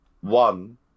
One